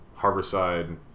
Harborside